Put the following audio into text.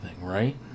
right